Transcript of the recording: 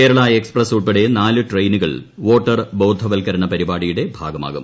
Kerala express ഉൾപ്പെടെ നാല് ട്രെയിനുകൾ വോട്ടർ ബോധവത്കരണ പരിപാടിയുടെ ഭാഗമാകും